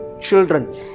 children